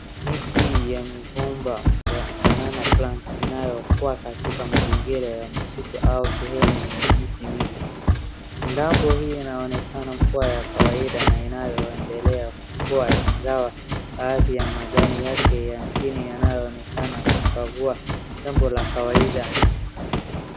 Miti ya migomba banana plants inakuwa katika mazingira ya msitu au sehemu yenye miti mingi. Jambo hii inaonekana kuwa ya kawaida na inayoendelea kuwa ingawa baadhi ya majani yake ya chini yanaonekana kuwa jambo la kawaida.